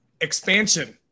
Expansion